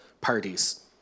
parties